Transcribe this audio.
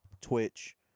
twitch